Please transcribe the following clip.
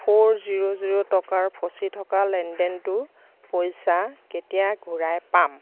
four zero zero টকাৰ ফচি থকা লেনদেনটোৰ পইচা কেতিয়া ঘূৰাই পাম